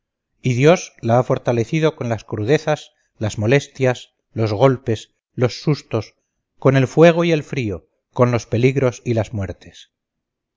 y dios la ha fortalecido con las crudezas las molestias los golpes los sustos con el fuego y el frío con los peligros y las muertes